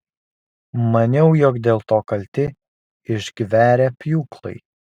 maniau jog dėl to kalti išgverę pjūklai